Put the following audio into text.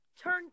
turn